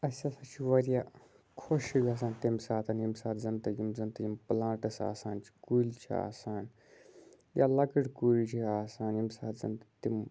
اَسہِ ہَسا چھُ واریاہ خۄش چھِ گژھان تَمہِ ساتَن ییٚمہِ ساتہٕ زَن تہِ یِم زَن تہِ یِم پٕلانٹٕس آسان چھِ کُلۍ چھِ آسان یا لۄکٕٹۍ کُلۍ چھِ آسان ییٚمہِ ساتہٕ زَن تِم